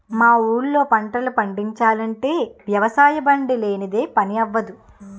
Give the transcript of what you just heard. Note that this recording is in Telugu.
మా ఊళ్ళో పంటలు పండిచాలంటే వ్యవసాయబండి లేనిదే పని అవ్వదు